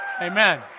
Amen